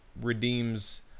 redeems